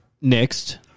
next